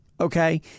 okay